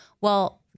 Well-